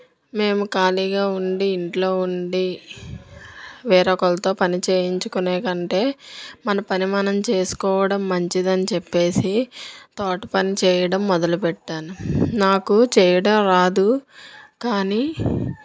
మేము ఖాళీగా ఉండి ఇంట్లో ఉండి వేరొకరితో పనిచేయించుకునే కంటే మన పని మనం చేసుకోవడం మంచిది అని చెప్పేసి తోట పని చేయడం మొదలు పెట్టాను నాకు చేయడం రాదు కానీ